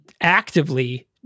actively